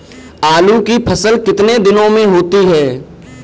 आलू की फसल कितने दिनों में होती है?